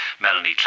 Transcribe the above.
Melanie